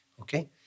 Okay